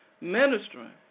ministering